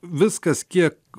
viskas kiek